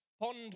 Pond